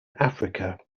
africa